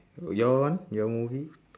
your one your movie